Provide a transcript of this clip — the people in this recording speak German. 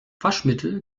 waschmittel